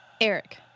Eric